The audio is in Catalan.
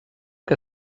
que